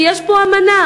כי יש פה אמנה,